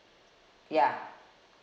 ya